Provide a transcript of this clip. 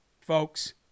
folks